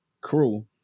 crew